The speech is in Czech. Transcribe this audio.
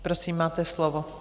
Prosím, máte slovo.